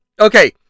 Okay